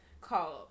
called